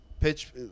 pitch